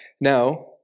Now